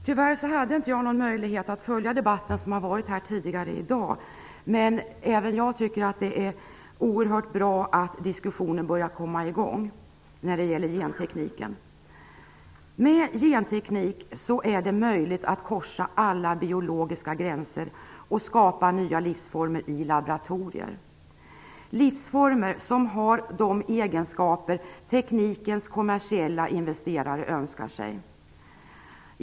Tyvärr har jag inte haft möjlighet att följa den debatt som har förts här tidigare i dag, men jag tycker att det är oerhört bra att diskussionerna om gentekniken börjar komma i gång. Med genteknik är det möjligt att överskrida alla biologiska gränser och skapa nya livsformer i laboratorier, livsformer som har de egenskaper teknikens kommersiella investerare önskar sig.